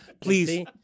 Please